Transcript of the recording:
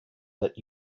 that